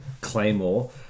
Claymore